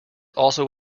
also